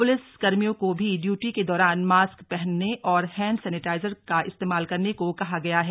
पुलिसकर्मियों को भी ड्यूटी के दौरान मास्क पहनने और हैंड सैनेटाइजर इस्तेमाल करने को कहा गया है